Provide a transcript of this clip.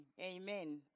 Amen